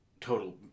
Total